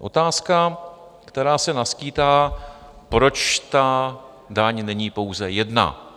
Otázka, která se naskýtá, proč ta daň není pouze jedna.